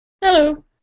Hello